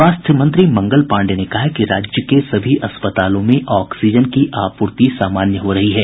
स्वास्थ्य मंत्री मंगल पांडेय ने कहा है कि राज्य के सभी अस्पतालों में ऑक्सीजन की आपूर्ति सामान्य हो रही है